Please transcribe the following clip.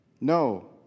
No